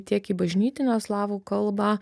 tiek į bažnytinę slavų kalbą